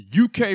UK